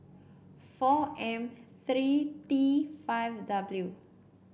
four M three T five W